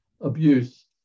abuse